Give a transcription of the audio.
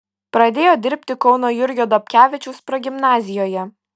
pradėjo dirbti kauno jurgio dobkevičiaus progimnazijoje